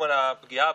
הם,